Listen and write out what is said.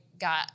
got